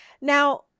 Now